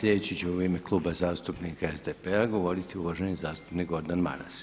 Sljedeći će u ime Kluba zastupnika SDP-a govoriti uvaženi zastupnik Gordan Maras.